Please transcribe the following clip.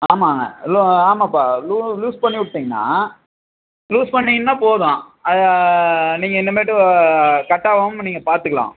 ஆமாங்க லோ ஆமாப்பா லூ லூஸ் பண்ணி விட்டிங்கன்னா லூஸ் பண்ணிங்கன்னால் போதும் அது நீங்கள் இனிமேட்டு கட்டாவாம நீங்கள் பார்த்துக்கலாம்